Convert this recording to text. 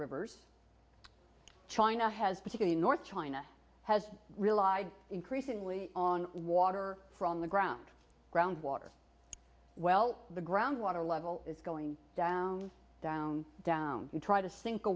rivers china has particular north china has relied increasingly on water from the ground groundwater well the groundwater level is going down down down you try to sink a